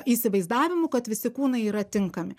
įsivaizdavimu kad visi kūnai yra tinkami